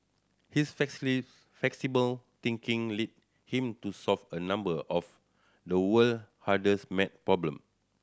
his flexible thinking led him to solve a number of the world hardest maths problem